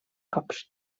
cops